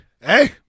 Hey